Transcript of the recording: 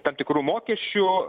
tam tikrų mokesčių